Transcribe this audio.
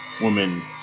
woman